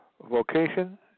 vocation